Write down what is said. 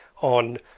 on